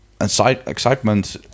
excitement